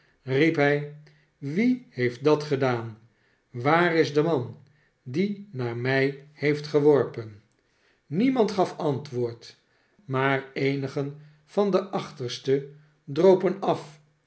riep hij wie heeft dat gedaan waar is de man die naar mij heeft geworpen niemand gaf antwoord maar eenigen van de achterste dropen af